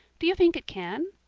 do you think it can?